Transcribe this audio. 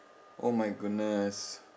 oh my goodness